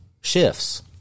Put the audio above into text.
shifts